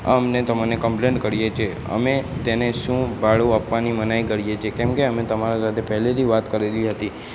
અમને તમને કમ્પલેન કરીએ છીએ અમે તેને શું ભાડું આપવાની મનાઇ કરીએ છે કેમ કે અમે તમારા સાથે પહેલેથી વાત કરેલી હતી